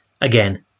again